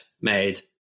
made